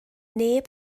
neb